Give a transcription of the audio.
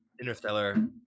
Interstellar